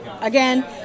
again